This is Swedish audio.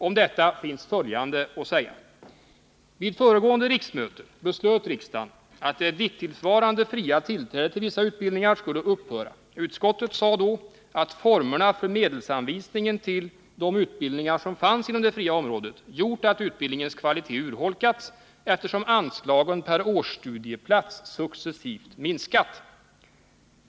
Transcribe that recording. Om detta finns följande att säga. Vid föregående riksmöte beslöt riksdagen att det dittillsvarande fria tillträdet till vissa utbildningar skulle upphöra. Utskottet uttalade då att formerna för medelsanvisningen till de utbildningar som fanns inom det fria området gjort att utbildningens kvalitet urholkats, eftersom anslagen per årsstudieplats successivt minskat.